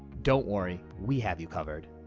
don't worry we have you covered.